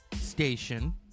station